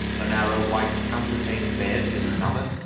a narrow white-counterpaned bed in another,